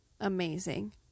amazing